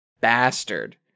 bastard